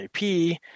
IP